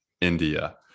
India